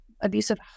abusive